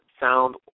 sound